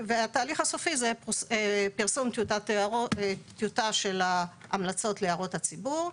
והתהליך הסופי זה פרסום טיוטה של ההמלצות להערות הציבור.